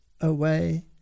away